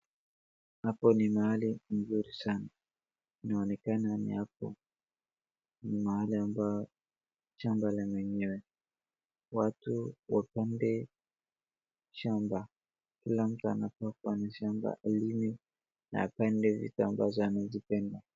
Hapo ni mahali mzuri sana. Inaonekana hapo ni hapo, mahali ambao ni shamba la wenyewe. Watu wapande shamba. Kila mtu anafaa kuwa na shamba alime, na apande vitu ambazo anazipenda.